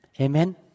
Amen